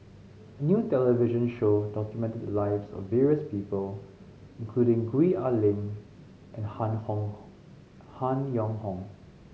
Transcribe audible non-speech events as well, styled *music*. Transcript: a new television show documented the lives of various people including Gwee Ah Leng and Han Hong *unintelligible* Han Yong Hong